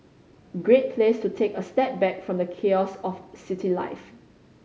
great place to take a step back from the chaos of city life